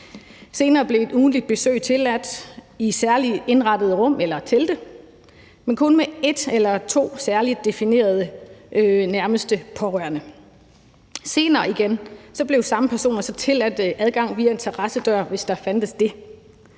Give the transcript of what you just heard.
Senere blev et ugentligt besøg tilladt i særligt indrettede rum eller telte, men kun med et eller to særligt definerede nærmeste pårørende. Senere igen blev samme personer tilladt adgang via en terrassedør, hvis der fandtes det.